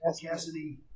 Cassidy